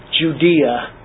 Judea